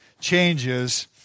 changes